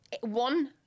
One